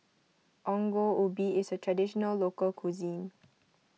Ongol Ubi is a Traditional Local Cuisine